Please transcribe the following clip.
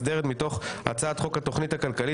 הסביבה למיזוג הצעות החוק הבאות: 1. הצעת חוק רכבת תחתית (מטרו)